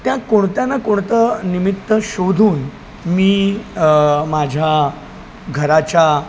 त्या कोणत्या ना कोणतं निमित्त शोधून मी माझ्या घराच्या